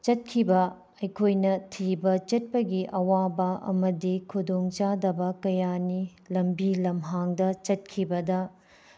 ꯆꯠꯈꯤꯕ ꯑꯩꯈꯣꯏꯅ ꯊꯤꯕ ꯆꯠꯄꯒꯤ ꯑꯋꯥꯕ ꯑꯃꯗꯤ ꯈꯨꯗꯣꯡ ꯆꯥꯗꯕ ꯀꯌꯥꯅꯤ ꯂꯝꯕꯤ ꯂꯝꯍꯥꯡꯗ ꯆꯠꯈꯤꯕꯗ